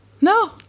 No